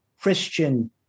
Christian